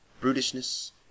brutishness